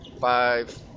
five